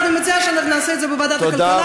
אני מציעה שאנחנו נעשה את זה בוועדת הכלכלה,